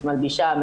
מלבישה,